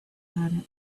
planet